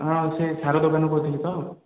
ହଁ ସେ ସାର ଦୋକାନରୁ କହୁଥିଲେ ତ